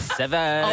seven